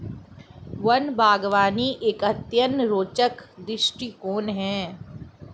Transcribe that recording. one बागवानी एक अत्यंत रोचक दृष्टिकोण है